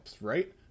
right